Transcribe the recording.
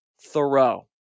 thoreau